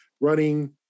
running